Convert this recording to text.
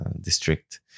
district